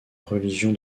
religion